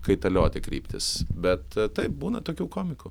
kaitalioti kryptis bet taip būna tokių komikų